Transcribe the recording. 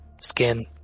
skin